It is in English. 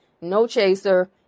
no-chaser